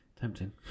Tempting